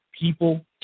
People